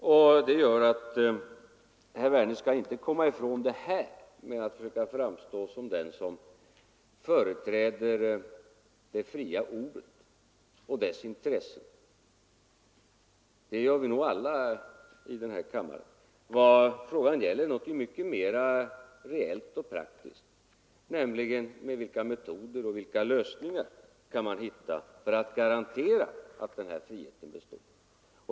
Herr Werner kan alltså inte komma ifrån saken genom att försöka framstå som den som företräder det fria ordet och dess intresse. Det gör vi nog alla i denna kammare. Nej, frågan gäller någonting mycket mera reellt och praktiskt, nämligen vilka metoder och vilka lösningar man kan hitta för att garantera att den här friheten består.